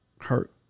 hurt